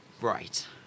Right